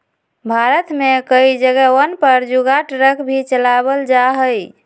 भारत में कई जगहवन पर जुगाड़ ट्रक भी चलावल जाहई